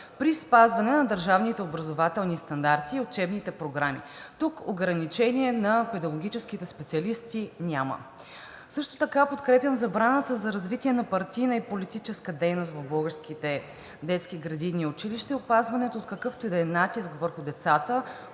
при спазване на държавните образователни стандарти и учебните програми. Тук ограничение на педагогическите специалисти няма. Също така подкрепям забраната за развитие на партийна и политическа дейност в българските детски градини и училища, и опазването от какъвто и да е натиск върху децата,